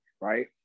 Right